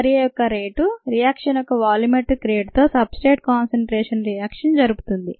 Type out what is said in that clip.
చర్య యొక్క rate reaction యొక్క వాల్యూమెట్రిక్ రేటుతో సబ్ స్ట్రేట్ కాన్సన్ట్రేషన్ రియాక్షన్ జరుపుతుంది